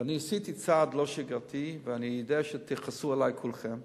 ועשיתי צעד לא שגרתי, ואני יודע שתכעסו עלי כולכם,